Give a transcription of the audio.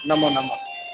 नमोनमः